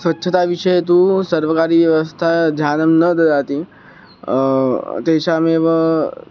स्वच्छताविषये तु सर्वकारीयव्यवस्था ध्यानं न ददाति तेषामेव